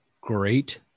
great